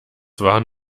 waren